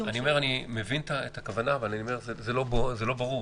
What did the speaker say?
אני מבין את הכוונה, אבל זה לא ברור.